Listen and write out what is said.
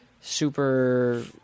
super